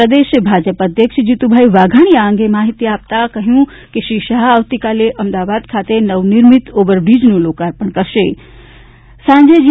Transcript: પ્રદેશ ભાજપ અધ્યક્ષ જીતુભાઇ વાઘાણીએ આ અંગે માહિતી આપતાં જણાવ્યું કે શ્રી શાહ આવતીકાલે અમદાવાદ ખાતે નવનિર્મિત ઓવર બ્રીજનું લોકાર્પણ કરશે સાંજે જી